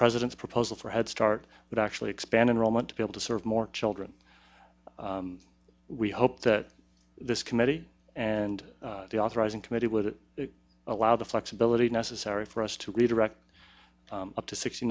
president's proposal for head start would actually expand enrollment to be able to serve more children we hope that this committee and the authorizing committee would allow the flexibility necessary for us to redirect up to sixty